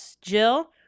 Jill